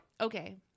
okay